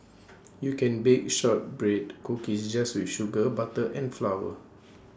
you can bake Shortbread Cookies just with sugar butter and flour